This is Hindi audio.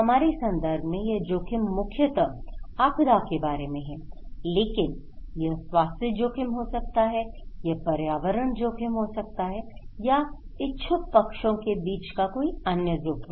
हमारे संदर्भ में यह जोखिम मुख्यतः आपदा के बारे में है लेकिन यह स्वास्थ्य जोखिम हो सकता है यह पर्यावरणीय जोखिम हो सकता है या इच्छुक पक्षों के बीच का कोई अन्य जोखिम